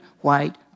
white